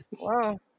Wow